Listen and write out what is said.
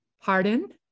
Pardon